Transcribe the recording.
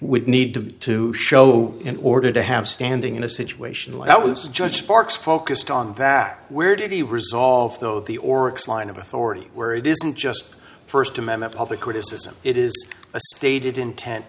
would need to to show in order to have standing in a situation that was judged sparks focused on fact where to be resolved though the oryx line of authority where it isn't just first amendment public criticism it is a stated intent